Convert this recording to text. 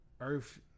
earth